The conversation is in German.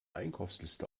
einkaufsliste